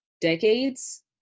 decades